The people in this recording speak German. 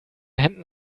händen